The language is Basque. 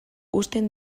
uzten